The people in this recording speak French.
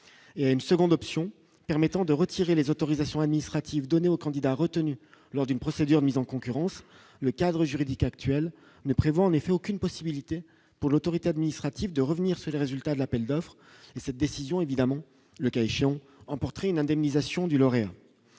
une seconde option permettant de retirer les autorisations administratives, donner aux candidats retenus lors d'une procédure mise en concurrence, le cadre juridique actuel ne prévoit en effet aucune possibilité pour l'autorité administrative de revenir sur les résultats de l'appel d'offres et cette décision évidemment le cas échéant, emporterait une indemnisation du lauréat